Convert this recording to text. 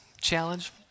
challenge